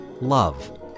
Love